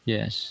Yes